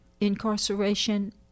incarceration